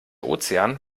ozean